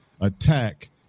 attack